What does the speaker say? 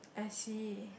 I see